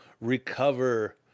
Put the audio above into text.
recover